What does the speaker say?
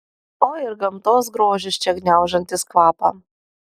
o ir gamtos grožis čia gniaužiantis kvapą